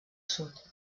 sud